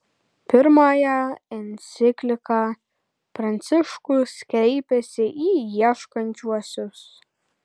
pirmąja enciklika pranciškus kreipiasi į ieškančiuosius